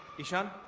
ishaan.